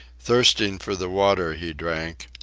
thirsting for the water he drank,